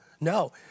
No